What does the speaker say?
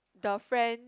the friend